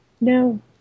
No